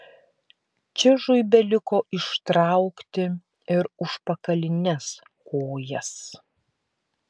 čižui beliko ištraukti ir užpakalines kojas